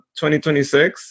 2026